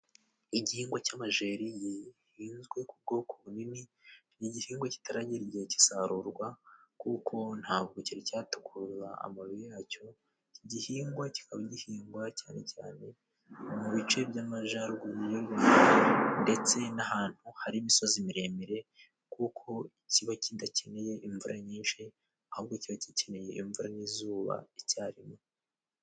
Igihingwa cy'amajeri gihinzwe ku bwoko bunini ni igihingwa kitaragera igihe cy'isarurwa kuko ntabwo cyari cyatukuza amababi yacyo. Iki gihingwa kikaba gihingwa cyane cyane mu bice by'amajaruguru ndetse n'ahantu hari imisozi miremire kuko kiba kidakeneye imvura nyinshi ahubwo kiba gikeneye imvura n'izuba icyarimwe.